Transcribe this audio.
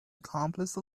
accomplice